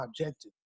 objective